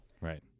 Right